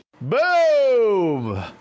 Boom